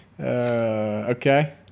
Okay